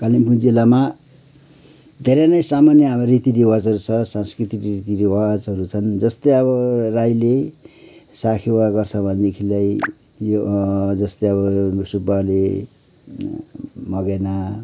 कालिम्पोङ जिल्लामा धेरै नै सामान्य रितिरिवाजहरू छ सांस्कृतिक रीति रिवाजहरू छन् जस्तै अब राईले साकेवा गर्छ भनेदेखिलाई यो जस्तै अब सुब्बाले मङ्गेना